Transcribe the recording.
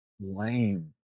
lame